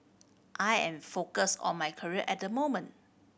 I am focused on my career at the moment